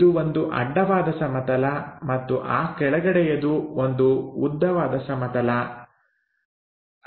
ಇದು ಒಂದು ಅಡ್ಡವಾದ ಸಮತಲ ಮತ್ತು ಆ ಕೆಳಗಡೆಯದು ಒಂದು ಉದ್ದನೆಯ ಸಮತಲ ಆಗುತ್ತದೆ